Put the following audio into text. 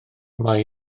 mae